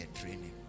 training